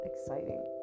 exciting